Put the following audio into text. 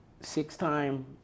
six-time